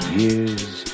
years